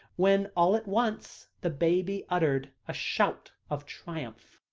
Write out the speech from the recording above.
when all at once the baby uttered a shout of triumph.